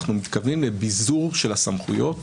אנחנו מתכוונים לביזור של הסמכויות